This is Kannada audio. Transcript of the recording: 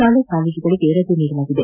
ಶಾಲಾ ಕಾಲೇಜುಗಳಿಗೆ ರಜೆ ನೀಡಲಾಗಿದೆ